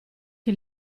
che